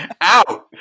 out